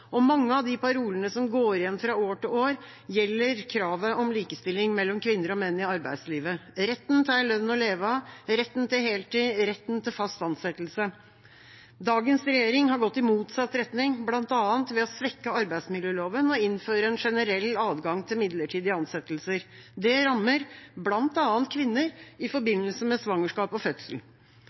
Mange av de parolene som går igjen fra år til år, gjelder kravet om likestilling mellom kvinner og menn i arbeidslivet – retten til en lønn å leve av, retten til heltid, retten til fast ansettelse. Dagens regjering har gått i motsatt retning, bl.a. ved å svekke arbeidsmiljøloven og innføre en generell adgang til midlertidige ansettelser. Det rammer bl.a. kvinner i forbindelse med svangerskap og fødsel.